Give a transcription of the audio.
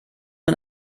man